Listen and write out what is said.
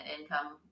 income